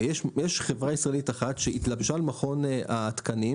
יש חברה ישראלית אחת שהתלבשה על מכון התקנים,